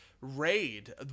raid